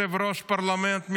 יושב-ראש הפרלמנט,